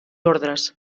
ordres